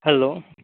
hello